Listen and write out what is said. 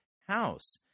house